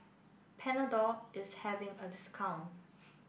Panadol is having a discount